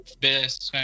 best